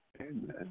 Amen